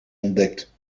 ontdekt